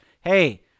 hey